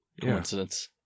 Coincidence